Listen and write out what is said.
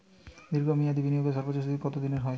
দীর্ঘ মেয়াদি বিনিয়োগের সর্বোচ্চ কত দিনের হয়?